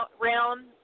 round